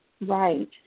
right